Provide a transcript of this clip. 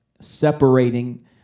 separating